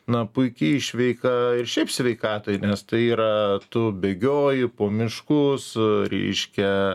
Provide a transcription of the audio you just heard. na puiki išveika ir šiaip sveikatai nes tai yra tu bėgioji po miškus reiškia